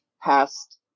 past